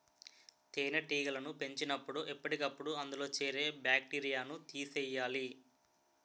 తేనెటీగలను పెంచినపుడు ఎప్పటికప్పుడు అందులో చేరే బాక్టీరియాను తీసియ్యాలి